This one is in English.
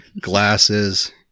glasses